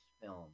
film